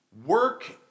Work